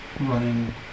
running